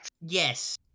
Yes